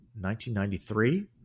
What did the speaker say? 1993